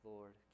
Lord